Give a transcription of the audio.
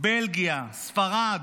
בלגיה, ספרד